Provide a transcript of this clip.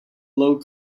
low